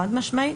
חד משמעית.